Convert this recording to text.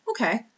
Okay